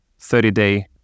30-day